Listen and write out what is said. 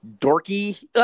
dorky